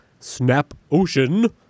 SNAPOcean